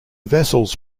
vessels